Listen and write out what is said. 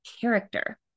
character